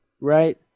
right